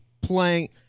playing